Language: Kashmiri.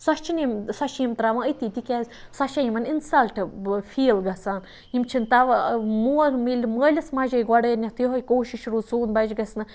سۄ چھِنہٕ یِم سۄ چھِ یِم تراوان أتی تکیازِ سۄ چھِ یِمَن اِنسلٹ فیٖل گَژھان یِم چھِنہٕ تَوے مول ییٚلہِ مٲلِس ماجے گۄڈٕنیٚتھ یِہے کوٗشِش روٗز سون بَچہِ گَژھِ نہٕ